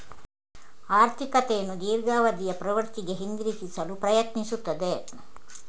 ಆರ್ಥಿಕತೆಯನ್ನು ದೀರ್ಘಾವಧಿಯ ಪ್ರವೃತ್ತಿಗೆ ಹಿಂತಿರುಗಿಸಲು ಪ್ರಯತ್ನಿಸುತ್ತದೆ